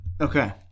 Okay